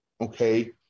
okay